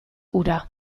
hura